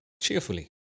cheerfully